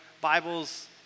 Bibles